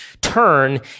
turn